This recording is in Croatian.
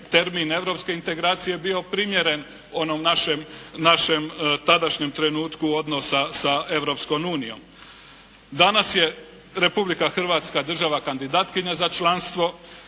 termin europske integracije bio primjeren onom našem tadašnjem trenutku odnosa sa Europskom unijom. Danas je Republika Hrvatska država kandidatkinja za članstvo.